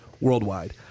worldwide